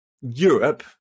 Europe